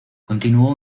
continuó